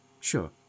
Sure